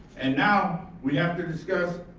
and now we have to discuss,